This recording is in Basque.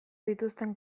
dituzten